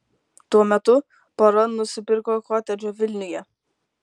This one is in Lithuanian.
tuo metu pora nusipirko kotedžą vilniuje